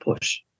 push